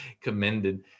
commended